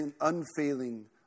unfailing